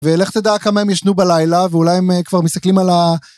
ולך ץדע כמה הם ישנו בלילה, ואולי הם כבר מסתכלים על ה...